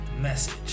message